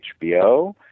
HBO